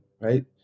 Right